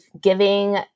giving